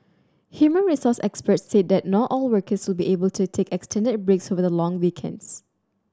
human resource experts said that not all workers be able to take extended breaks over the long weekends